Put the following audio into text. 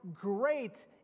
great